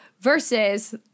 versus